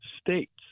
states